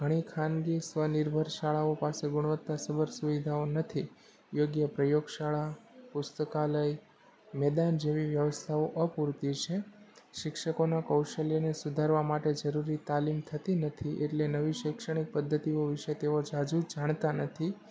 ઘણી ખાનગી સ્વનિર્ભર શાળાઓ પાસે ગુણવત્તાસભર સુવિધાઓ નથી યોગ્ય પ્રયોગ શાળા પુસ્તકાલય મેદાન જેવી વ્યવસ્થાઓ અપૂરતી છે શિક્ષકોનાં કૌશલ્યને સુધારવા માટે જરૂરી તાલીમ થતી નથી એટલે નવી શૈક્ષણિક પદ્ધતિઓ વિશે તેઓ ઝાઝું જાણતા નથી